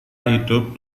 hidup